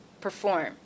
Perform